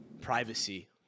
privacy